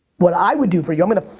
what i would do for you, i'm gonna,